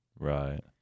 Right